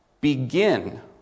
Begin